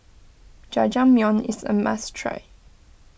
Jajangmyeon is a must try